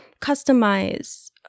customize